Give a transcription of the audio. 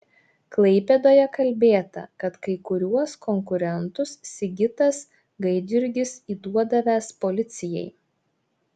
klaipėdoje kalbėta kad kai kuriuos konkurentus sigitas gaidjurgis įduodavęs policijai